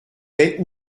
baies